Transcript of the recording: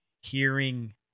hearing